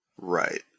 Right